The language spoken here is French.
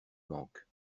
banques